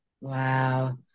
Wow